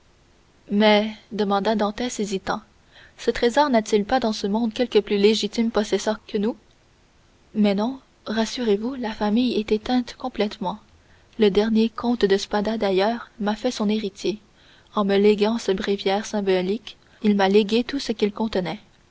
mais demanda dantès hésitant ce trésor n'a-t-il pas dans ce monde quelque plus légitime possesseur que nous mais non rassurez-vous la famille est éteinte complètement le dernier comte de spada d'ailleurs m'a fait son héritier en me léguant ce bréviaire symbolique il m'a légué ce qu'il contenait